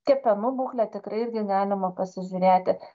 kepenų būklę tikrai irgi galima pasižiūrėti